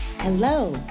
Hello